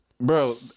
bro